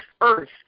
earth